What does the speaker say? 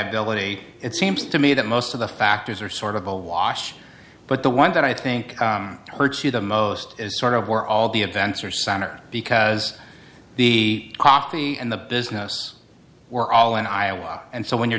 liability it seems to me that most of the factors are sort of a wash but the one that i think hurts you the most is sort of where all the events are center because the coffee and the business were all in iowa and so when you're